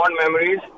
memories